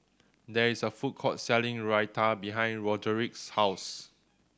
there is a food court selling Raita behind Roderick's house